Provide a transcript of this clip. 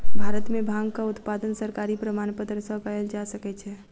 भारत में भांगक उत्पादन सरकारी प्रमाणपत्र सॅ कयल जा सकै छै